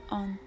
on